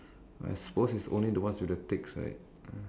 I suppose it's only the ones with the ticks right uh